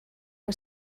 que